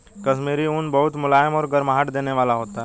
कश्मीरी ऊन बहुत मुलायम और गर्माहट देने वाला होता है